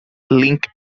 link